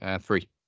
Three